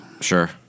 sure